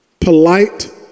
Polite